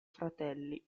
fratelli